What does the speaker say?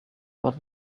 what